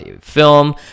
film